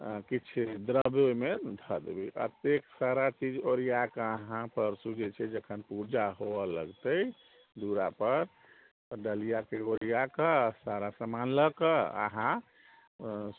किछु द्रव्य ओहिमे धऽ देबै एतेक सारा चीज ओरिआकऽ अहाँ परसू जे छै जखन पूजा हुअऽ लगतै दूरापर तऽ डलियाके ओरिआकऽ सारा सामान लऽ कऽ अहाँ